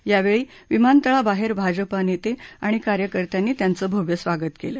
यावेळी विमानतळाबाहेर भाजप नेते आणि कार्यकर्त्यांनी त्यांचं भव्य स्वागत केलं